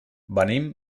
venim